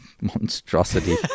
monstrosity